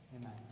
Amen